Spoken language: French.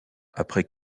après